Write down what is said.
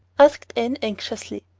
asked anne anxiously.